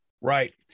Right